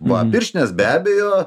va pirštinės be abejo